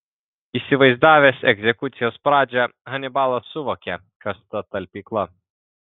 įsivaizdavęs egzekucijos pradžią hanibalas suvokė kas ta talpykla